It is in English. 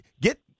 get